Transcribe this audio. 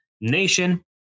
NATION